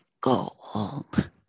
gold